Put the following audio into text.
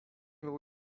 był